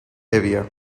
hevia